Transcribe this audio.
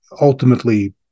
ultimately